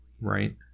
Right